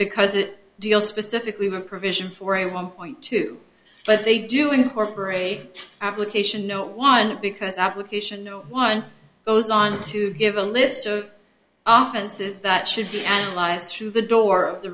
because it deals specifically with provision for a one point two but they do incorporate application no one because application no one goes on to give a list of offices that should be lies through the door of the